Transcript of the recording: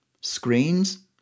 Screens